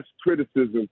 criticism